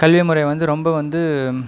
கல்வி முறை வந்து ரொம்ப வந்து